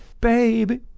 baby